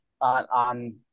on